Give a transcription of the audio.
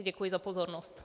Děkuji za pozornost.